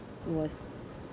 was